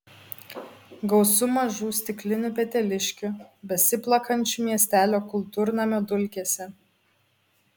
gausu mažų stiklinių peteliškių besiplakančių miestelio kultūrnamio dulkėse